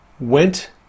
went